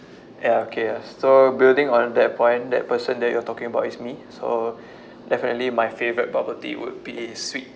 ya okay ya so building on that point that person that you are talking about is me so definitely my favorite bubble tea would be sweet